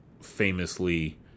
famously